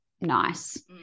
nice